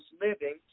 Living